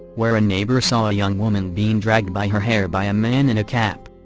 where a neighbor saw a young woman being dragged by her hair by a man in a cap.